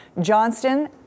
Johnston